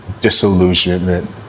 disillusionment